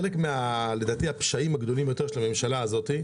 לדעתי חלק מהפשעים הגדולים ביותר של הממשלה של הזאת,